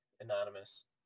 anonymous